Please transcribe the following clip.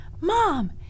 Mom